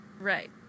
Right